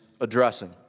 addressing